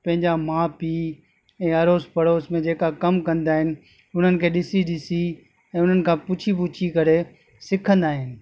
पंहिंजा माउ पीउ ऐं अड़ोस पड़ोस में जे का कमु कंदा आहिनि उन्हनि खे ॾिसी ॾिसी ऐं उन्हनि खां पुछी पुछी करे सिखंदा आहिनि